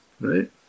Right